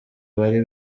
bari